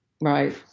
Right